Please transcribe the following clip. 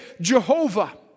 Jehovah